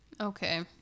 Okay